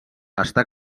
està